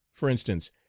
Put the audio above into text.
for instance,